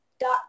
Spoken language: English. dot